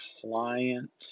client